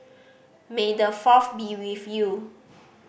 may the Fourth be with you